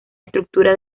estructura